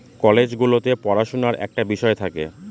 college গুলোতে পড়াশুনার একটা বিষয় থাকে